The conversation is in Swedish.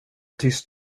tyst